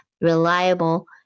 reliable